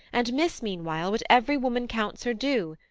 and miss, meanwhile, what every woman counts her due,